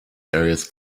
darius